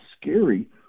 scary